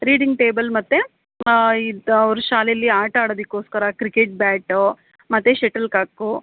reading table ಮತ್ತೆ ಇದು ಅವ್ರು ಶಾಲೆಲ್ಲಿ ಆಟ ಆಡೋದಿಕೋಸ್ಕರ ಕ್ರಿಕೆಟ್ ಬ್ಯಾಟೋ ಮತ್ತು ಶಟಲ್ಕಾಕು